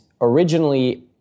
originally